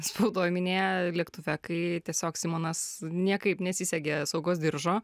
spaudoj minėję lėktuve kai tiesiog simonas niekaip nesisegė saugos diržo